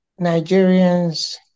Nigerians